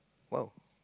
!wow!